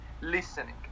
listening